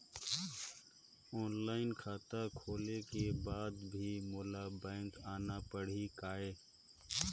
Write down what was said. Online खाता खोले के बाद भी मोला बैंक आना पड़ही काय?